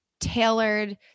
Tailored